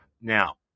Now